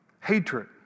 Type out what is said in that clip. hatred